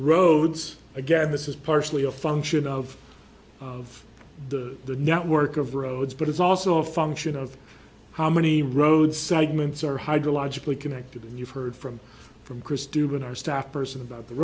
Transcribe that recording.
roads again this is partially a function of of the the network of roads but it's also a function of how many road segments are hydrological connected and you've heard from from chris duhon our staff person about the